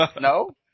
no